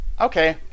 Okay